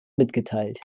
mitgeteilt